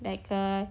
like the